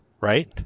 right